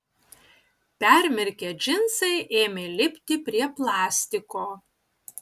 permirkę džinsai ėmė lipti prie plastiko